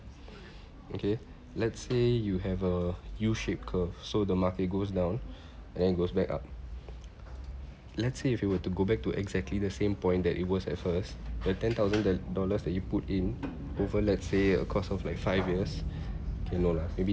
okay let's say you have a U shaped curve so the market goes down and then it goes back up let's say if you were to go back to exactly the same point that it was at first the ten thousand that dollars that you put in over let's say a course of like five years okay no lah maybe